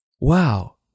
Wow